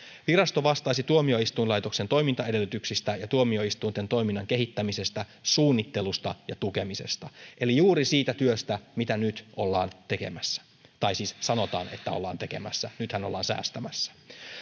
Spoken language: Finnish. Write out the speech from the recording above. virasto vastaisi tuomioistuinlaitoksen toimintaedellytyksistä ja tuomioistuinten toiminnan kehittämisestä suunnittelusta ja tukemisesta eli juuri siitä työstä mitä nyt ollaan tekemässä tai siis sanotaan että ollaan tekemässä nythän ollaan säästämässä